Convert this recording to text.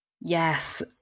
yes